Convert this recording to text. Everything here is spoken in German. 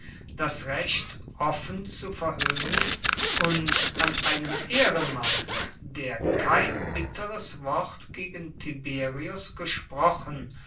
das recht offen zu verhöhnen und an einem ehrenmann der kein bitteres wort gegen tiberius gesprochen